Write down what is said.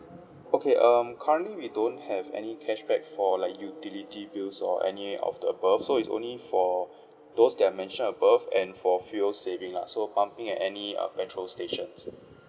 okay um currently we don't have any cashback for like utility bills or any of the above so it's only for those that I mentioned above and for fuel saving lah so pumping at any uh petrol stations